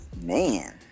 man